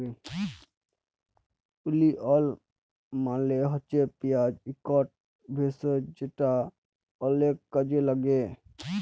ওলিয়ল মালে হছে পিয়াঁজ ইকট ভেষজ যেট অলেক কাজে ল্যাগে